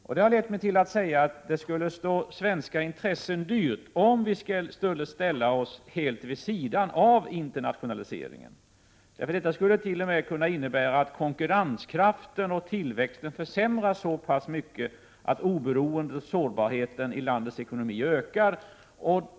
Detta har lett mig till att säga att det skulle stå svenska intressen dyrt om vi skulle ställa oss helt vid sidan av internationaliseringen. Det skulle t.o.m. kunna innebära att konkurrenskraften och tillväxten försämrades så pass mycket att sårbarheten i landets ekonomi ökade.